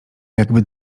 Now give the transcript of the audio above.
jakby